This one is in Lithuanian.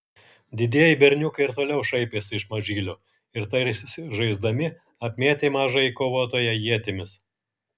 didieji berniukai ir toliau šaipėsi iš mažylio ir tarsi žaisdami apmėtė mažąjį kovotoją ietimis